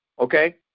okay